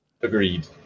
agreed